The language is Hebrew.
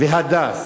והדס"